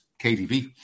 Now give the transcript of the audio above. KDB